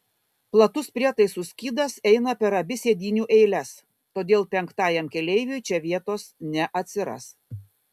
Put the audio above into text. platus prietaisų skydas eina per abi sėdynių eiles todėl penktajam keleiviui čia vietos neatsiras